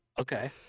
Okay